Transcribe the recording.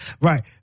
Right